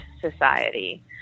society